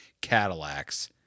Cadillacs